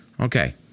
Okay